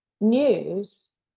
news